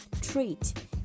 treat